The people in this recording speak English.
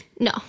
No